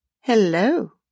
Hello